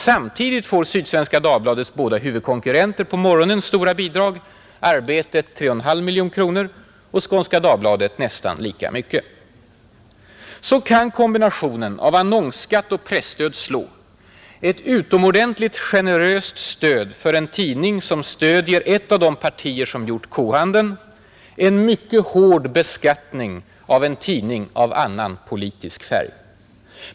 Samtidigt får Sydsvenska Dagbladets båda huvudkonkurrenter på morgonen stora bidrag: Arbetet 3,5 miljoner kronor och Skånska Dagbladet nästan lika mycket. Så kan kombinationen av annonsskatt och presstöd slå: ett utomordentligt generöst stöd för en tidning som stödjer ett av de partier som gjort kohandeln, en mycket hård beskattning av en tidning av annan politisk färg.